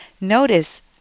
Notice